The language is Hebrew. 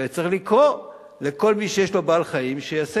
וצריך לקרוא לכל מי שיש לו בעל-חיים שיעשה